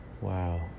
Wow